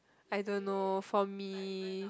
I don't know for me